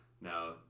Now